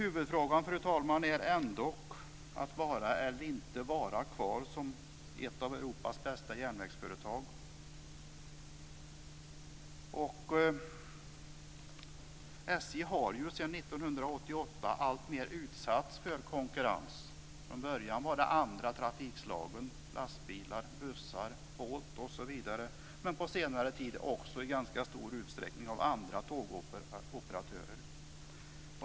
Huvudfrågan, fru talman, är ändock att vara eller inte vara kvar som ett av Europas bästa järnvägsföretag. SJ har sedan 1988 alltmer utsatts för konkurrens. Från början var det de andra trafikslagen - lastbilar, bussar och båtar osv. - men på senare tid i ganska stor utsträckning också andra tågoperatörer.